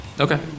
Okay